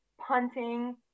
punting